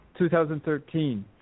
2013